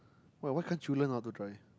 why why can't you learn how to drive